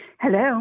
Hello